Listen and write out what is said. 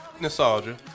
nostalgia